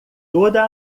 toda